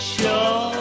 Show